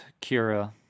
Kira